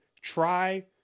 Try